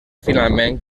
finalment